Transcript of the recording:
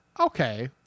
Okay